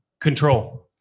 control